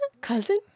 cousin